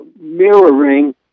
mirroring